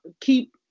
keep